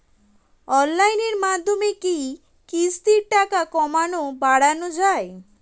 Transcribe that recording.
অনলাইনের মাধ্যমে কি কিস্তির টাকা কমানো বাড়ানো যায়?